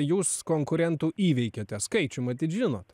jūs konkurentų įveikiate skaičių matyt žinot